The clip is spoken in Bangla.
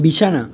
বিছানা